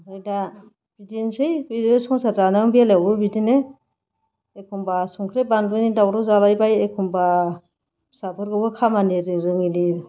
ओमफ्राय दा बिदिनोसै बे संसार जानाय बेलायावबो बिदिनो एखनबा संख्रि बानलुनि दावराव जालायबाय एखनबा फिसाफोरखौबो खामानि रोङैनि